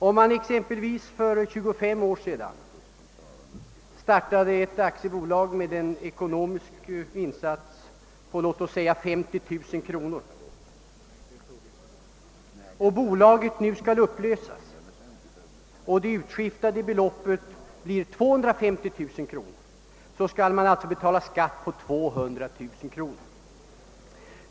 Om man exempelvis för 25 år sedan startat ett aktiebolag med en ekonomisk insats på låt oss säga 50 000 kronor och bolaget nu skall upplösas och det utskiftade beloppet blir 250 000 kronor skall man alltså betala skatt på 200 000 kronor.